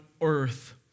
earth